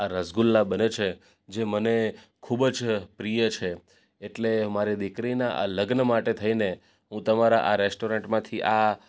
આ રસગુલ્લા બને છે જે મને ખૂબ જ પ્રિય છે એટલે મારી દીકરીનાં આ લગ્ન માટે થઈને હું તમારા આ રેસ્ટોરન્ટમાંથી આ